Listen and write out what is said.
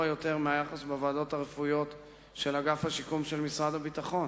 יותר מהיחס בוועדות הרפואיות של אגף השיקום של משרד הביטחון.